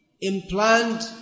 implant